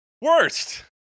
Worst